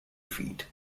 feet